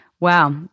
Wow